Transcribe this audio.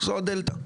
זו הדלתא.